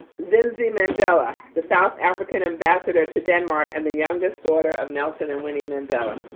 zindzi mandela, the south applicant ambassador to denmark and the youngest daughter of nelson and winnie mandela.